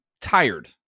tired